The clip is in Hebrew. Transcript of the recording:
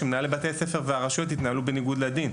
שבה מנהלי בתי הספר והרשויות התנהלו בניגוד לדין.